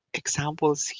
examples